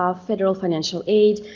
ah federal financial aid,